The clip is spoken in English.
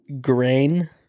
grain